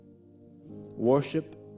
worship